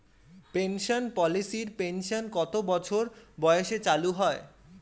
Pension পলিসির pension কত বছর বয়সে চালু হয়?